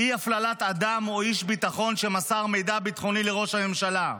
אי-הפללת אדם או איש ביטחון שמסר מידע ביטחוני לראש הממשלה,